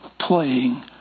playing